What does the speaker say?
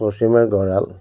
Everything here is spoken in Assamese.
পশ্চিমে গঁৰাল